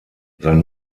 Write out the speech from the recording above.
sein